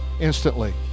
instantly